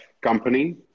company